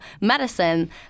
medicine